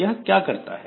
यह क्या करता है